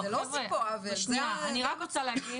אני רק רוצה להגיד